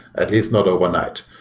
at least not overnight.